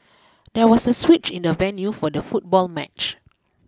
there was a switch in the venue for the football match